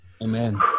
amen